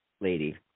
lady